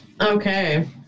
Okay